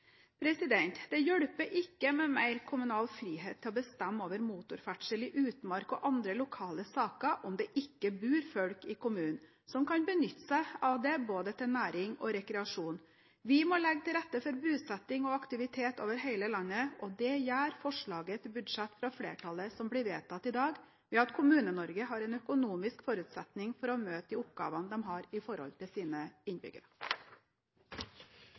prioritert. Det hjelper ikke med mer kommunal frihet til å bestemme over motorferdsel i utmark og andre lokale saker om det ikke bor folk i kommunen som kan benytte seg av det til både næring og rekreasjon. Vi må legge til rette for bosetting og aktivitet over hele landet. Det gjør forslaget til budsjett fra flertallet, som blir vedtatt i dag, ved at Kommune-Norge har en økonomisk forutsetning for å møte de oppgavene de har overfor sine innbyggere.